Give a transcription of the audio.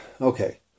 okay